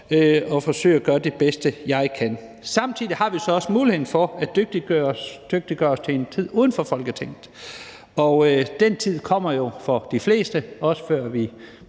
og forsøge at gøre det bedste, jeg kan. Samtidig har vi så også muligheden for at dygtiggøre os til en tid uden for Folketinget. Og den tid kommer jo for de fleste, også før vi